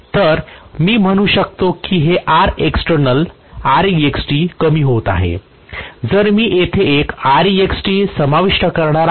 तर मी म्हणू शकतो की हे R एक्सटेर्नल कमी होत आहे जर मी येथे एक Rext समाविष्ट करणार आहे